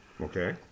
Okay